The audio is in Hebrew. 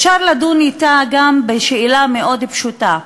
אפשר לדון בו גם בשאלה מאוד פשוטה.